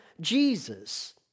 Jesus